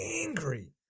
angry